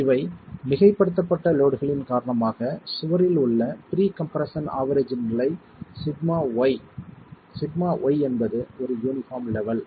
இந்த மிகைப்படுத்தப்பட்ட லோட்களின் காரணமாக சுவரில் உள்ள ப்ரீ கம்ப்ரெஸ்ஸன் ஆவெரேஜ் நிலை σy minus bar compression σy என்பது ஒரு யூனிபார்ம் லெவல்